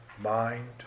mind